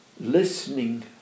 listening